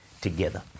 together